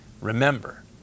remember